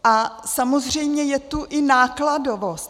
A samozřejmě je tu i nákladovost.